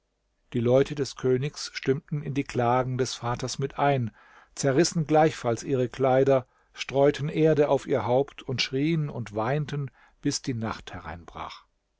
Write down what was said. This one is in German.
die leute des königs stimmten in die klagen des vaters mit ein zerrissen gleichfalls ihre kleider streuten erde auf ihr haupt und schrien und weinten bis die nacht hereinbrach